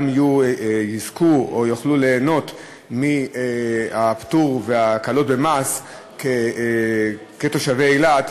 שיזכו או שיוכלו ליהנות מהפטור ומההקלות במס כתושבי אילת.